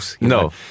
No